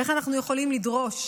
איך אנחנו יכולים לדרוש